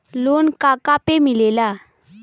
Loan का का पे मिलेला?